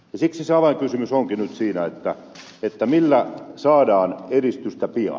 siksi se avainkysymys onkin nyt siinä millä saadaan edistystä pian